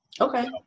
okay